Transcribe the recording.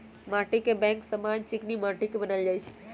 माटीके बैंक समान्य चीकनि माटि के बनायल जाइ छइ